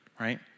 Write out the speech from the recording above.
right